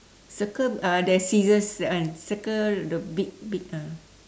circle uh the scissors that one circle the big big ah